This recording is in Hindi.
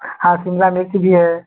हाँ शिमला मिर्च भी है